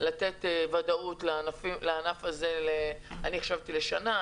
לתת ודאות לענף הזה אני חשבתי לשנה,